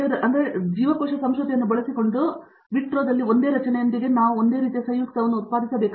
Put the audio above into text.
ಆದ್ದರಿಂದ ನೆನಪಿಸಲ್ಪಟ್ಟಿರುವ ಜೀವಕೋಶ ಸಂಸ್ಕೃತಿಯನ್ನು ಬಳಸಿಕೊಂಡು ವಿಟ್ರೊದಲ್ಲಿ ಒಂದೇ ರಚನೆಯೊಂದಿಗೆ ನಾವು ಒಂದೇ ರೀತಿಯ ಸಂಯುಕ್ತವನ್ನು ಉತ್ಪಾದಿಸಬೇಕಾಗಿದೆ